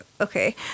okay